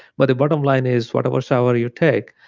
but the bottom line is, whatever shower you take,